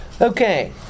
Okay